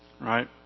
Right